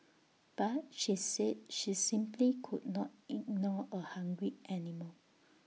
but she said she simply could not ignore A hungry animal